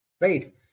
Right